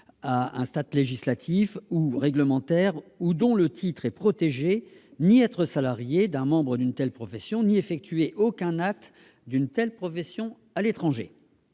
à un statut législatif ou réglementaire ou dont le titre est protégé, d'être salariés d'un membre d'une telle profession, ou d'effectuer un acte d'une telle profession à l'étranger.